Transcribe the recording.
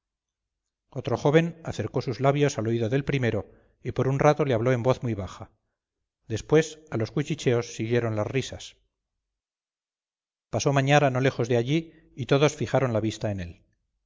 otro joven acercó sus labios al oído del primero y por un rato le habló en voz muy baja después a los cuchicheos siguieron las risas pasó mañara no lejos de allí y todos fijaron la vista en él